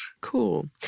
Cool